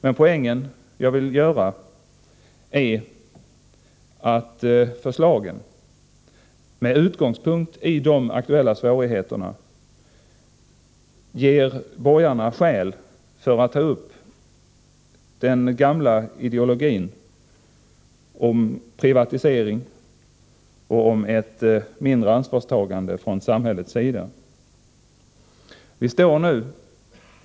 Men det jag vill peka på är att förslagen, med den utgångspunkt de har i de aktuella svårigheterna, ger borgarna skäl att ta upp den gamla ideologin om privatisering och om ett minskat ansvarstagande från samhällets sida.